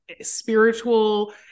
spiritual